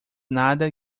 nada